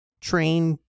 train